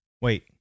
Wait